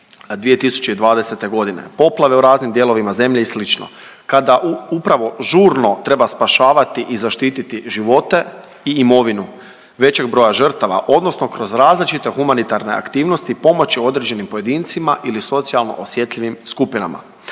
2020. godine. Poplave u raznim dijelovima zemlje i slično. Kada upravo žurno treba spašavati i zaštititi živote i imovinu većeg broja žrtava odnosno kroz različite humanitarne aktivnosti pomoći određenim pojedincima ili socijalno osjetljivim skupinama.